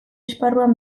esparruan